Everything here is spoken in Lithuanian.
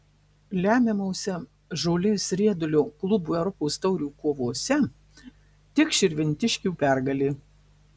lemiamose žolės riedulio klubų europos taurių kovose tik širvintiškių pergalė